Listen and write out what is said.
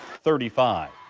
thirty five.